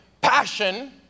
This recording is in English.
passion